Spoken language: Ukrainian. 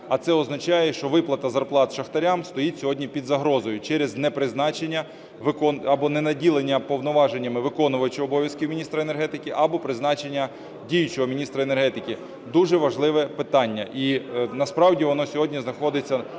А це означає, що виплата зарплат шахтарям стоїть сьогодні під загрозою через непризначення або ненаділення повноваженнями виконувача обов'язки міністра енергетики, або призначення діючого міністра енергетики. Дуже важливе питання,